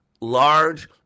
large